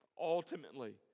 ultimately